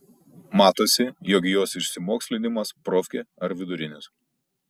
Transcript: matosi jog jos išsimokslinimas profkė ar vidurinis